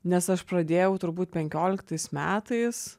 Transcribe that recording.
nes aš pradėjau turbūt penkioliktais metais